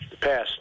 passed